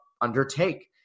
undertake